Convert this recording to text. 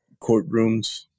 courtrooms